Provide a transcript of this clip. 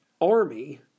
army